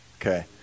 Okay